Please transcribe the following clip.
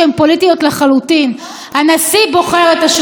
נכון, הנשיא בוחר את השופטים באישור הסנאט.